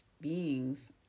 beings